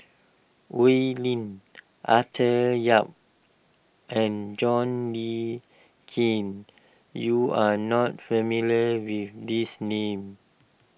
Oi Lin Arthur Yap and John Le Cain you are not familiar with these names